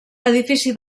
edifici